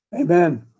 Amen